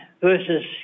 versus